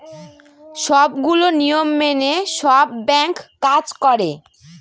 সবগুলো নিয়ম মেনে সব ব্যাঙ্ক কাজ করে